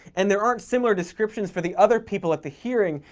and there aren't similar descriptions for the other people at the hearing,